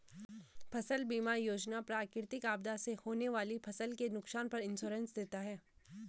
फसल बीमा योजना प्राकृतिक आपदा से होने वाली फसल के नुकसान पर इंश्योरेंस देता है